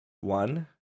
one